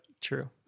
true